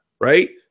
right